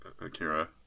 Akira